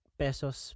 pesos